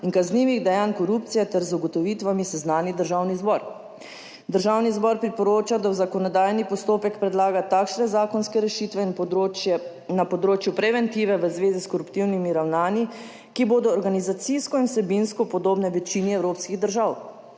in kaznivih dejanj korupcije ter z ugotovitvami seznani Državni zbor. Državni zbor priporoča, da v zakonodajni postopek predlaga takšne zakonske rešitve in področje na področju preventive v zvezi s koruptivnimi ravnanji, ki bodo organizacijsko in vsebinsko podobne večini evropskih držav.